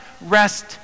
rest